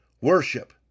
Worship